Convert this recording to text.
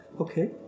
Okay